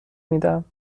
میدم